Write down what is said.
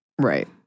Right